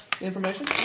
information